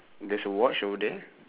there's a watch over there